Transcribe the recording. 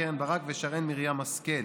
קרן ברק ושרן מרים השכל,